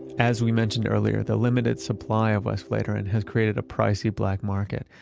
as we mentioned earlier the limited supply of westvleteren has created a pricy black market.